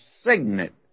signet